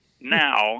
Now